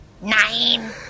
nine